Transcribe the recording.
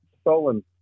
stolen